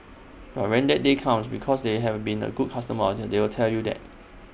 but when that day comes because they have been A good customer of they will tell you that